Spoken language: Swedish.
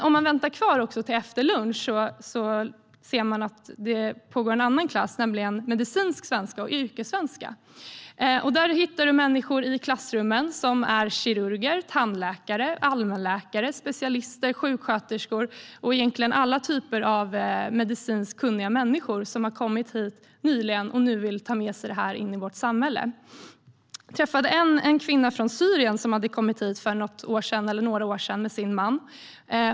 Om man väntar till efter lunch ser man att det också pågår en annan klass, nämligen medicinsk svenska och yrkessvenska. Där hittar man människor i klassrummen som är kirurger, tandläkare, allmänläkare, specialister, sjuksköterskor och egentligen alla typer av medicinskt kunniga människor som nyligen har kommit hit och nu vill ta med sig detta in i vårt samhälle. Jag träffade en kvinna från Syrien som hade kommit hit för något eller några år sedan med sin man.